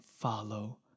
follow